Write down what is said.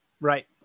Right